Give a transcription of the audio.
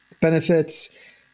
benefits